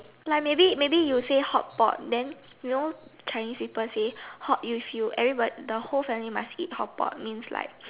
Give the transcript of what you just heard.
like maybe maybe you say hotpot then you know Chinese people say hot use feel everybody the whole family must eat hotpot means like